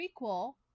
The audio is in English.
prequel